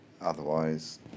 Otherwise